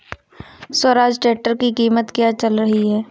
Swaraj tractor की कीमत क्या चल रही है?